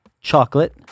chocolate